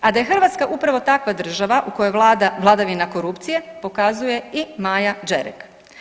A da je Hrvatska upravo takva država, u kojoj vlada vladavina korupcije pokazuje i Maja Đerek.